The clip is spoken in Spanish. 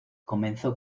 comenzó